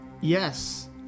Yes